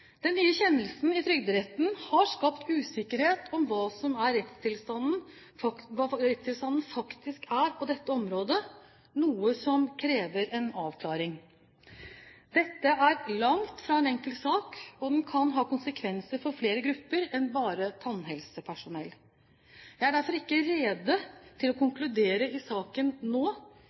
Den nye kjennelsen i Trygderetten har skapt usikkerhet om hva rettstilstanden faktisk er på dette området, noe som krever en avklaring. Dette er langt fra en enkel sak, og den kan ha konsekvenser for flere grupper enn bare tannhelsepersonell. Jeg er derfor ikke rede til å konkludere i saken nå,